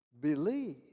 believe